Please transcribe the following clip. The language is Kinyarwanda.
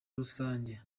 rusange